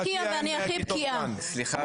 נפתח מרכז שירות חדש בחשן זנה,